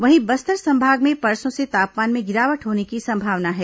वहीं बस्तर संभाग में परसों से तापमान में गिरावट होने की संभावना है